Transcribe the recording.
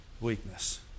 weakness